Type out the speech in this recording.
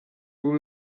vous